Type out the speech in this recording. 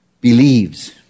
believes